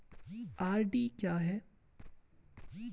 RD क्या है?